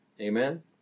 Amen